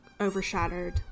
overshadowed